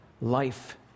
life